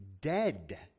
Dead